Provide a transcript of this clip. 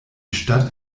stadt